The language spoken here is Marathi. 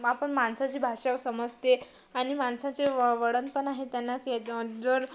आपण माणसाची भाषा समजते आणि माणसाचे व वळणपण आहे त्यांना की जर